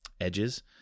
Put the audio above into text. edges